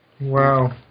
Wow